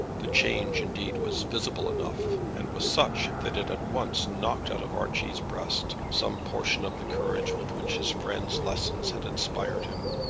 the change, indeed, was visible enough, and was such that it at once knocked out of archie's breast some portion of the courage with which his friend's lessons had inspired him.